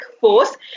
force